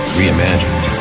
reimagined